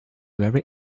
very